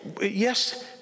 yes